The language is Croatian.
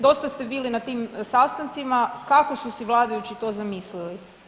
Dosta ste bili na tim sastancima, kako su si vladajući to zamislili?